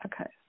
Okay